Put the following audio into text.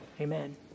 Amen